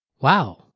Wow